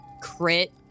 crit